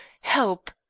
Help